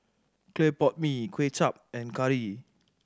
clay pot mee Kway Chap and curry